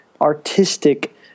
artistic